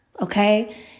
Okay